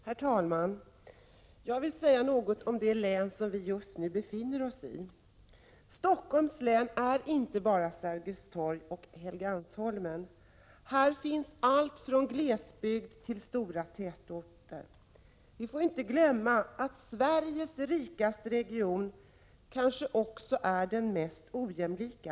Herr talman! Jag vill säga något om det län som vi just nu befinner oss i. Stockholms län är inte bara Sergels torg och Helgeandsholmen. Här finns allt från glesbygd till stora tätorter. Vi får inte glömma bort att Sveriges rikaste region kanske också är den mest ojämlika.